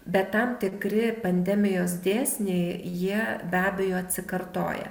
bet tam tikri pandemijos dėsniai jie be abejo atsikartoja